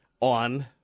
On